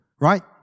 right